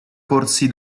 corsi